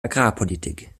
agrarpolitik